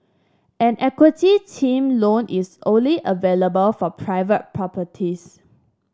an equity term loan is only available for private properties